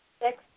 Six